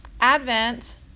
Advent